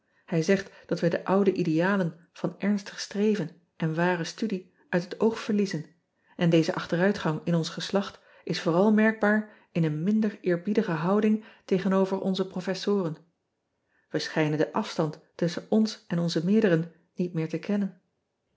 ij zegt dat wij de oude idealen van ernstig streven en ware studie uit het oog verliezen en deze achteruitgang in ons geslacht is vooral merkbaar in een minder eerbiedige bonding ean ebster adertje angbeen tegenover onze professoren e schijnen den afstand tusschen ons en onze meerderen niet meer te kennen